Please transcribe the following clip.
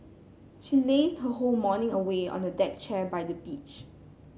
she lazed her whole morning away on a deck chair by the beach